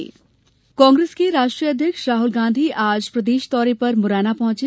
राहल गांधी कांग्रेस के राष्ट्रीय अध्यक्ष राहुल गांधी आज प्रदेश दौरे पर मुरैना पहुंचे